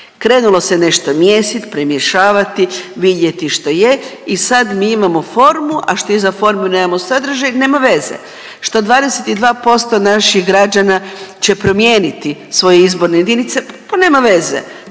Krenulo se nešto mijesiti, premješavati, vidjeti što je i sad mi imao formu, a što iza forme nemamo sadržaj nema veze. Što 22% naših građana će promijeniti svoje izborne jedinice, pa nema veze.